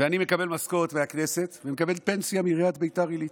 ואני מקבל משכורת מהכנסת ומקבל פנסיה מעיריית ביתר עילית.